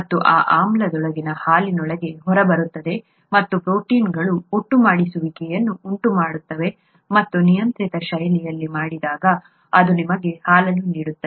ಮತ್ತು ಆ ಆಮ್ಲವು ಹಾಲಿನೊಳಗೆ ಹೊರಬರುತ್ತದೆ ಮತ್ತು ಪ್ರೋಟೀನ್ ಒಟ್ಟುಗೂಡಿಸುವಿಕೆಯನ್ನು ಉಂಟುಮಾಡುತ್ತದೆ ಮತ್ತು ನಿಯಂತ್ರಿತ ಶೈಲಿಯಲ್ಲಿ ಮಾಡಿದಾಗ ಅದು ನಿಮಗೆ ಹಾಲನ್ನು ನೀಡುತ್ತದೆ